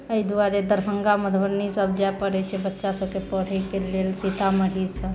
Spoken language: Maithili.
एहि दुआरे दरभङ्गा मधुबनी सभ जाइ पड़ैत छै बच्चा सभकेँ पढ़ैके लेल सीतामढ़ीसँ